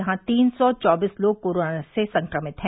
यहां तीन सौ चौबीस लोग कोरोना से संक्रमित हैं